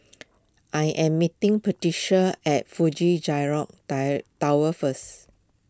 I am meeting Patricia at Fuji Xerox die Tower first